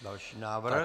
Další návrh.